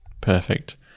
Perfect